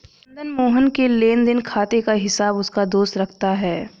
चंद्र मोहन के लेनदेन खाते का हिसाब उसका दोस्त रखता है